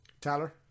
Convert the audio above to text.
Tyler